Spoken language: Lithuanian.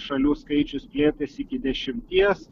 šalių skaičius plėtėsi iki dešimties